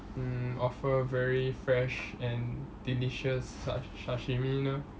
mm offer very fresh and delicious sash~ sashimi 呢